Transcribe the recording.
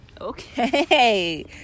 okay